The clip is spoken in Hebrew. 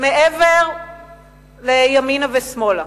מעבר לימינה ושמאלה.